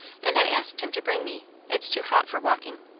and i asked him to bring me. it's too hot for walking.